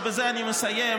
ובזה אני מסיים,